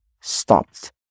Stopped